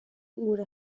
gure